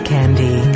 Candy